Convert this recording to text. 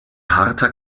harter